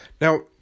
now